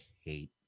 hate